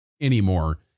anymore